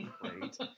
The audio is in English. Great